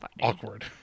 awkward